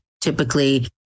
typically